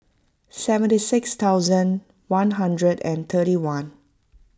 seventy six thousand one hundred and thirty one